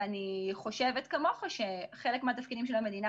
ואני חושבת כמוך שחלק מהתפקידים של המדינה